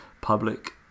public